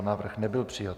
Návrh nebyl přijat.